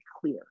clear